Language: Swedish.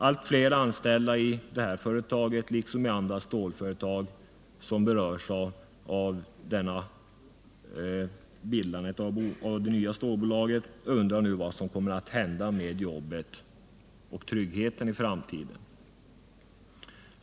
Allt fler anställda i detta företag liksom i andra stålföretag som berörs av bildandet av det nya stålbolaget undrar nu vad som kommer att hända med jobbet och tryggheten i framtiden.